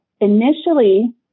Initially